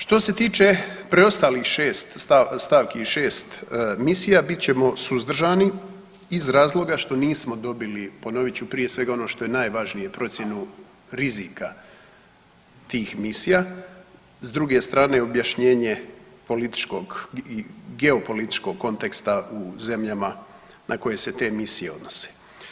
Što se tiče preostalih 6 stavki i 6 misija bit ćemo suzdržani iz razloga što nismo dobili, ponovit ću prije svega ono što je najvažnije, procjenu rizika tih misija, s druge strane objašnjenje političkog i geopolitičkog konteksta u zemljama na koje se te misije odnose.